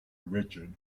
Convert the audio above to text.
richard